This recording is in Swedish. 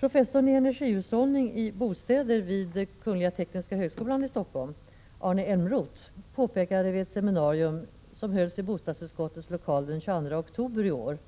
Professorn i energihushållning i bostäder vid Tekniska högskolan, Arne Elmroth, påpekade vid ett seminarium som hölls i bostadsutskottets lokaler den 22 oktober i år